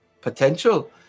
potential